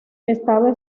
estaba